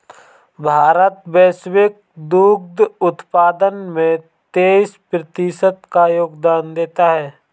भारत वैश्विक दुग्ध उत्पादन में तेईस प्रतिशत का योगदान देता है